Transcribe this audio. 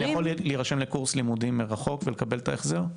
אני יכול להירשם לקורס לימודים מרחוק ולקבל את ההחזר?